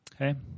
okay